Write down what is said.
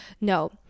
no